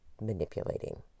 manipulating